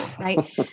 Right